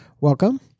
welcome